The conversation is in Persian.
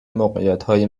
موقعیتهای